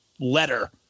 letter